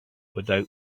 without